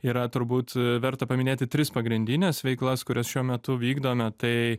yra turbūt verta paminėti tris pagrindines veiklas kurias šiuo metu vykdome tai